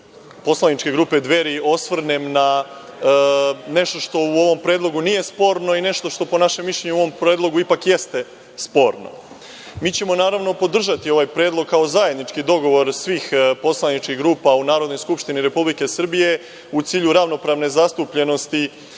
poslaničke grupe Dveri osvrnem na nešto što u ovom predlogu nije sporno i nešto što po našem mišljenju u ovom predlogu ipak jeste sporno. Mi ćemo, naravno, podržati ovaj predlog kao zajednički dogovor svih poslaničkih grupa u Narodnoj skupštini Republike Srbije u cilju ravnopravne zastupljenosti